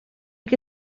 que